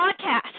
podcast